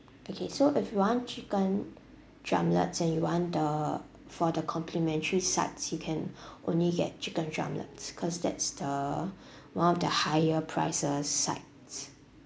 okay so if you want chicken drumlets and you want the for the complimentary sides you can only get chicken drumlets cause that's the one of the higher prices sides